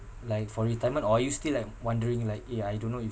like for retirement or are you still like wondering like eh I don't know if